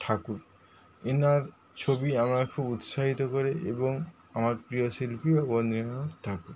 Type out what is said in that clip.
ঠাকুর এনার ছবি আমায় খুব উৎসাহিত করে এবং আমার প্রিয় শিল্পী অবনীন্দ্রনাথ ঠাকুর